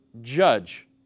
judge